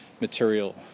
Material